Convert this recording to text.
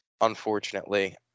unfortunately